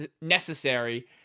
necessary